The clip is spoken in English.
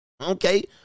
Okay